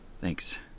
Thanks